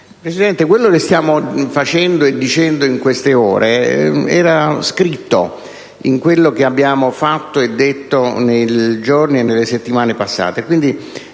Presidente, quello che stiamo facendo e dicendo in queste ore era scritto in quello che abbiamo fatto e detto nei giorni e nelle settimane passate.